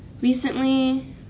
recently